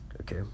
okay